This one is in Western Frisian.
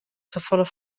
safolle